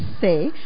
say